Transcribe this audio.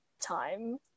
time